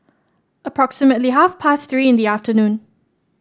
approximately half past Three in the afternoon